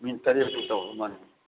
minute ꯇꯔꯦꯤꯠꯄꯨ ꯇꯧꯔꯕ ꯃꯥꯜꯂꯦ